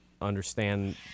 understand